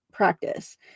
practice